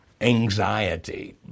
anxiety